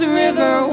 river